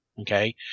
Okay